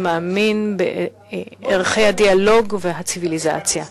שמאמין בערכי הדיאלוג והציוויליזציה.